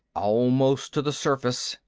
almost to the surface.